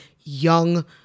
young